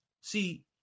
see